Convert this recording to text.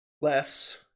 less